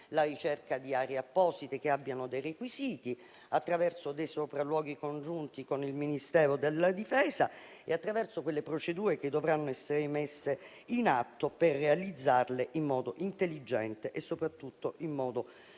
la ricerca di aree apposite che abbiano dei requisiti, attraverso dei sopralluoghi congiunti con il Ministero della difesa e attraverso quelle procedure che dovranno essere messe in atto per realizzare quelle strutture in modo intelligente e soprattutto affinché